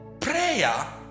prayer